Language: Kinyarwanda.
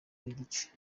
n’igice